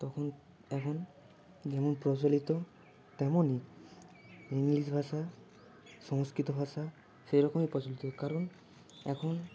তখন এখন যেমন প্রচলিত তেমনই ইংলিশ ভাষা সংস্কৃত ভাষা সেরকমই প্রচলিত কারণ এখন